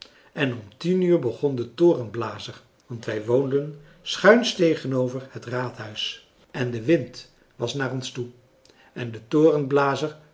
en om tien uur begon de torenblazer want wij woonden schuins tegenover het raadhuis en de wind was naar ons toe en de